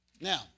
Now